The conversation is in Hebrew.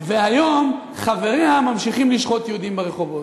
והיום חבריה ממשיכים לשחוט יהודים ברחובות.